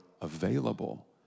available